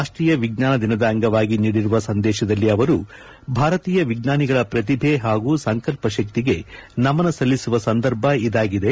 ರಾಷ್ಟೀಯ ವಿಜ್ಞಾನ ದಿನದ ಅಂಗವಾಗಿ ನೀಡಿರುವ ಸಂದೇಶದಲ್ಲಿ ಅವರು ಭಾರತೀಯ ವಿಜ್ಞಾನಿಗಳ ಪ್ರತಿಭೆ ಹಾಗೂ ಸಂಕಲ್ಪ ಶಕ್ತಿಗೆ ನಮನ ಸಲ್ಲಿಸುವ ಸಂದರ್ಭ ಇದಾಗಿದೆ